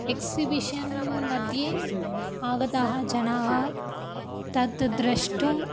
एक्सिबिशन्मध्ये आगताः जनाः तत् द्रष्टुम्